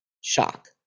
shock